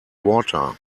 water